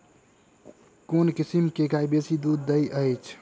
केँ किसिम केँ गाय बेसी दुध दइ अछि?